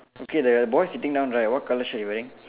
okay the boy sitting down right what colour shirt he wearing